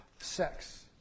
sex